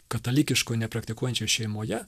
katalikiškoj nepraktikuojančioj šeimoje